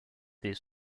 des